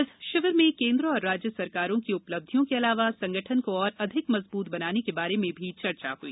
इस शिविर में केन्द्र और राज्य सरकारों की उपल्बिधयां के अलावा संगठन को और अधिक मजबूत बनाने के बारे में भी चर्चा हुई